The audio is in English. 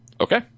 Okay